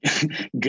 good